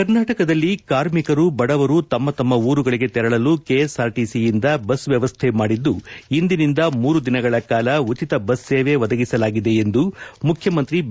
ಕರ್ನಾಟಕದಲ್ಲಿ ಕಾರ್ಮಿಕರು ಬಡವರು ತಮ್ಮ ತಮ್ಮ ಊರುಗಳಿಗೆ ತೆರಳಲು ಕೆಎಸ್ಆರ್ಟಿಸಿಯಿಂದ ಬಸ್ ವ್ಲವಸ್ಥೆ ಮಾಡಿದ್ದು ಇಂದಿನಿಂದ ಮೂರು ದಿನಗಳ ಕಾಲ ಉಚಿತ ಬಸ್ ಸೇವೆ ಒದಗಿಸಲಾಗಿದೆ ಎಂದು ಮುಖ್ಯಮಂತ್ರಿ ಬಿ